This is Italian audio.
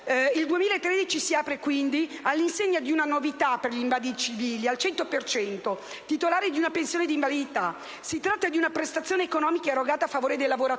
Il 2013 si apre quindi all'insegna di una novità per gli invalidi civili al 100 per cento titolari di una pensione di invalidità. Si tratta di una prestazione economica erogata a favore dei lavoratori